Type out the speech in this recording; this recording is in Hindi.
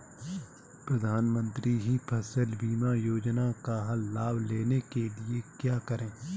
प्रधानमंत्री फसल बीमा योजना का लाभ लेने के लिए क्या करें?